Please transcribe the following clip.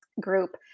group